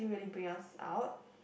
didn't really bring us out